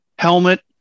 Helmet